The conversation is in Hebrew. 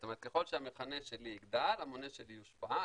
זאת אומרת ככל שהמכנה שלי יגדל המונה שלי יושפע.